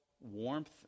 warmth